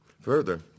Further